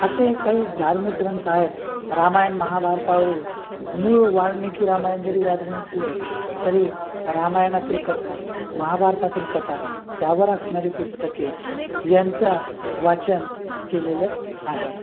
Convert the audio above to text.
असे काही धार्मिक ग्रंथ आहेत रामायण महाभारतावरील मूळ वाल्मिकी रामायण जरी वाचन नसले तरी रामायणातील कथा महाभारतातील कथा त्यावर असणारी पुस्तके यांचा वाचन केलेलं आहे